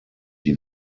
die